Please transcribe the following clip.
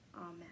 amen